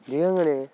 దిగంగానే